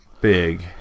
big